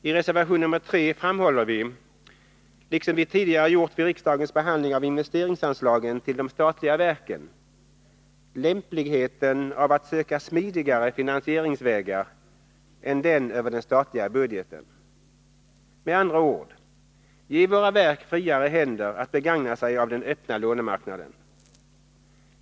I reservation nr 3 framhåller vi, liksom vi tidigare gjort vid riksdagens behandling av investeringsanslagen till de statliga verken, lämpligheten av att söka smidigare finansieringsvägar än den över den statliga budgeten. Med andra ord: ge våra verk friare händer att begagna sig av den öppna lånemarknaden!